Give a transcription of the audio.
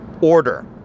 order